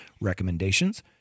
recommendations